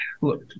look